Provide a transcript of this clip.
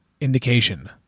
Indication